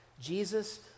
Jesus